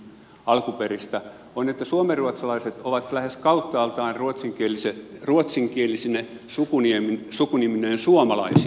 tulos on että suomenruotsalaiset ovat lähes kauttaaltaan ruotsinkielisine sukunimineen suomalaisia